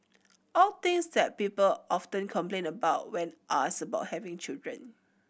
all things that people often complain about when asked about having children